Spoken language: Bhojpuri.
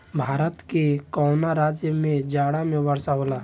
भारत के कवना राज्य में जाड़ा में वर्षा होला?